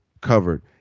covered